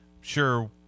Sure